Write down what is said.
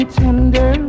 tender